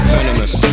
Venomous